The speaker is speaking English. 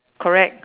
correct